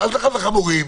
אצלך זה חמורים,